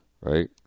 right